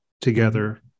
together